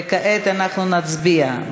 וכעת אנחנו נצביע.